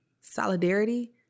solidarity